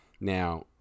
Now